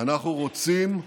אנחנו רוצים אחדות.